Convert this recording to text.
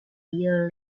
year